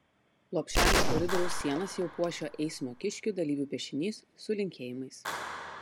lopšelio koridoriaus sienas jau puošia eismo kiškių dalyvių piešinys su linkėjimais